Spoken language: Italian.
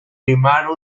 rimane